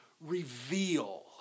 reveal